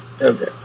Okay